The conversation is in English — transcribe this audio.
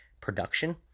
production